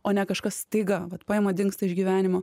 o ne kažkas staiga vat paima dingsta iš gyvenimo